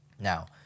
now